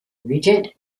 regent